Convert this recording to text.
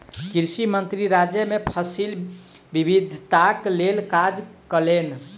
कृषि मंत्री राज्य मे फसिल विविधताक लेल काज कयलैन